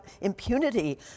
impunity